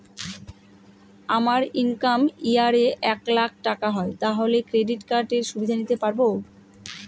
আমার income year এ এক লাক টাকা হয় তাহলে ক্রেডিট কার্ড এর সুবিধা নিতে পারবো?